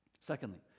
secondly